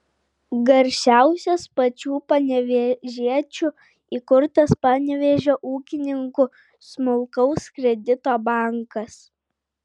garsiausias pačių panevėžiečių įkurtas panevėžio ūkininkų smulkaus kredito bankas